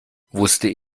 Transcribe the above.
wusste